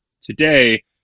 today